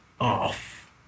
off